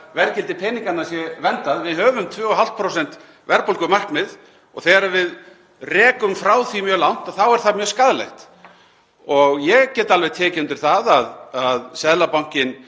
verðgildi peninganna sé verndað. Við höfum 2,5% verðbólgumarkmið og þegar okkur rekur mjög langt frá því þá er það mjög skaðlegt. Ég get alveg tekið undir það að Seðlabankinn